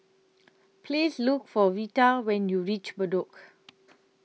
Please Look For Veta when YOU REACH Bedok